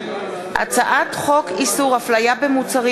הצעת חוק איסור הפליה במוצרים,